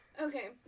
Okay